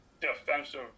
defensive